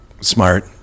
smart